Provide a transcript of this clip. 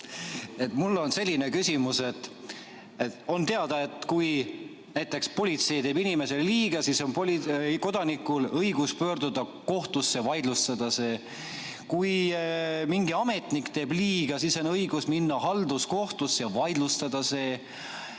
Mul on selline küsimus. On teada, et kui näiteks politsei teeb inimesele liiga, siis on kodanikul õigus pöörduda kohtusse ja see vaidlustada. Kui mingi ametnik teeb liiga, siis on õigus minna halduskohtusse ja see